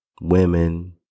women